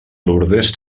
lourdes